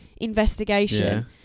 investigation